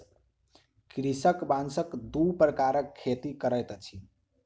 कृषक बांसक दू प्रकारक खेती करैत अछि